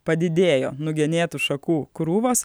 padidėjo nugenėtų šakų krūvos